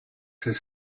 his